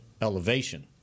elevation